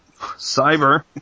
Cyber